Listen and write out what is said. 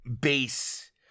base